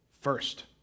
first